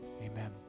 Amen